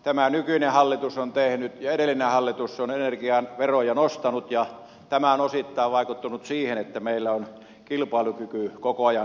tämä nykyinen hallitus on tehnyt ja edellinen on energian veroja nostanut ja tämä on osittain vaikuttanut siihen että meillä on kilpailukyky koko ajan heikentynyt